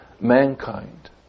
mankind